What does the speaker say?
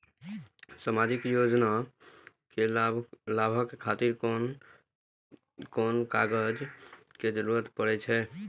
सामाजिक योजना के लाभक खातिर कोन कोन कागज के जरुरत परै छै?